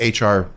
HR